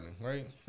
right